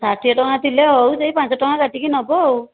ଷାଠିଏ ଟଙ୍କା କିଲୋ ହଉ ସେଇ ପାଞ୍ଚ ଟଙ୍କା କାଟିକି ନେବ ଆଉ